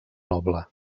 noble